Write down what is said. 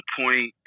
point